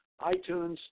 iTunes